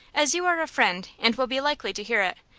as you are a friend and will be likely to hear it,